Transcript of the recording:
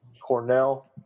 Cornell